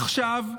עכשיו,